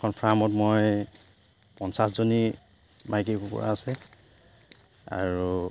এখন ফাৰ্মত মোৰ পঞ্চাছজনী মাইকী কুকুৰা আছে আৰু